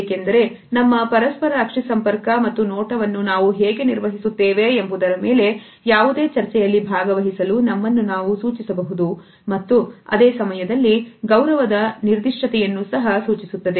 ಏಕೆಂದರೆ ನಮ್ಮ ಪರಸ್ಪರ ಅಕ್ಷಿ ಸಂಪರ್ಕ ಮತ್ತು ನೋಟವನ್ನು ನಾವು ಹೇಗೆ ನಿರ್ವಹಿಸುತ್ತೇವೆ ಎಂಬುದರ ಮೇಲೆ ಯಾವುದೇ ಚರ್ಚೆಯಲ್ಲಿ ಭಾಗವಹಿಸಲು ನಮ್ಮನ್ನು ನಾವು ಸೂಚಿಸಬಹುದು ಮತ್ತು ಅದೇ ಸಮಯದಲ್ಲಿ ಗೌರವದ ನಿರ್ದಿಷ್ಟತೆಯನ್ನು ಸಹ ಸೂಚಿಸುತ್ತದೆ